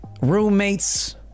roommates